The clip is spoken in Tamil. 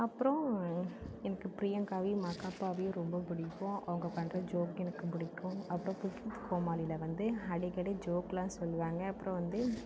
அப்பறம் எனக்கு பிரியங்காவையும் மாகாபாவையும் ரொம்ப பிடிக்கும் அவங்க பண்ணுற ஜோக்கு எனக்கும் பிடிக்கும் அப்பறம் குக் வித் கோமாளியில் வந்து அடிக்கடி ஜோக்கெல்லாம் சொல்வாங்க அப்றம் வந்து